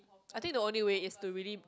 I think the only way is to really